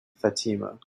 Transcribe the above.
fatima